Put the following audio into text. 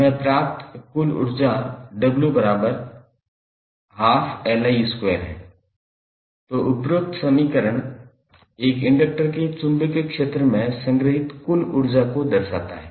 हमें प्राप्त कुल ऊर्जा 𝑤12𝐿 है तो उपरोक्त समीकरण एक इंडक्टर के चुंबकीय क्षेत्र में संग्रहीत कुल ऊर्जा को दर्शाता है